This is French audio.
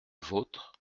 vôtre